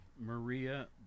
Maria